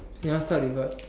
you want to start with what